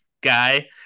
guy